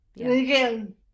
again